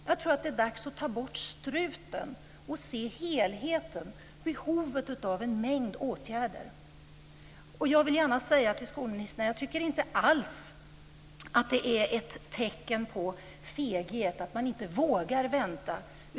Jag tror att det är dags att ta bort struten från ögonen och se till helheten. Det behövs en mängd åtgärder. Jag vill gärna säga till skolministern att jag inte alls tycker att det är ett tecken på feghet att man inte vågar vänta.